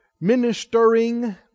ministering